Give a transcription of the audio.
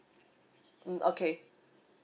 mm okay